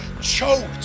choked